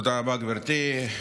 תודה רבה, גברתי.